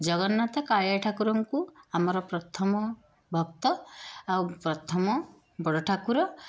ଜଗନ୍ନାଥ କାଳିଆ ଠାକୁରଙ୍କୁ ଆମର ପ୍ରଥମ ଭକ୍ତ ଆଉ ପ୍ରଥମ ବଡ଼ ଠାକୁର